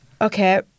Okay